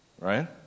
Right